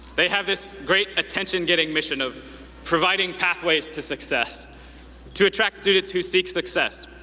they have this great, attention-getting mission of providing pathways to success to attract students who seek success,